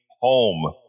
home